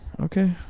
Okay